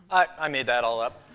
i made that all up.